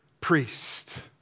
priest